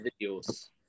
videos